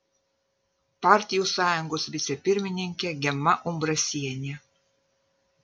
partijų sąjungos vicepirmininkė gema umbrasienė